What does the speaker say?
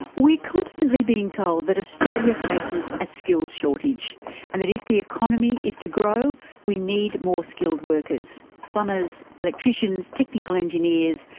we are constantly being told that australia faces a skills shortage and that if the economy is to grow we need more skilled workers plumbers, electricians, technical engineers,